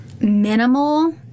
minimal